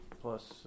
plus